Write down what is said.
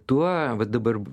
tuo va dabar